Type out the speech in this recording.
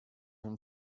him